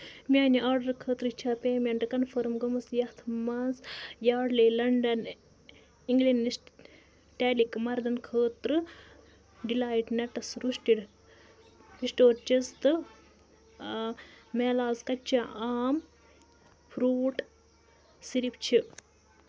میانہِ آرڑرٕ خٲطرٕ چھا پیمیٚنٹ کنفٔرٕم گٔمٕژ یتھ مَنٛز یارڈلے لنٛڈن اِنگشٹہٕ ٹیلِک مردن خٲطرٕ ڈِلایٹ نٮ۪ٹس روشٹڈ پِسٹوچز تہٕ مٮ۪لاز کَچا آم فرٛوٗٹ سِرِپ چھِ؟